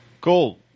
cool